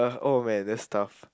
oh man that's tough